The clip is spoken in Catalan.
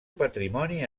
patrimoni